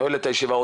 אני נועל את הישיבה.